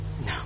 No